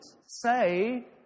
Say